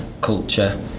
culture